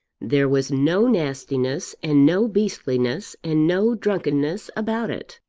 there was no nastiness, and no beastliness, and no drunkenness about it.